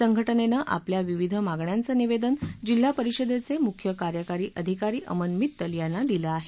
संघटनेनं आपल्या विविध मागण्यांच निवेदन जिल्हा परिषदेचे मुख्य कार्यकारी अधिकारी अमन मित्तल यांना दिलं आहे